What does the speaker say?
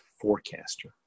forecaster